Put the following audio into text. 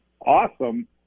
awesome